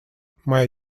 моя